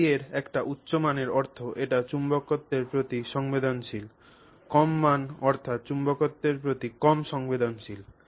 χ এর একটি উচ্চ মানের অর্থ এটি চুম্বকত্বের প্রতি বেশি সংবেদনশীল কম মান অর্থ চুম্বকত্বের প্রতি কম সংবেদনশীল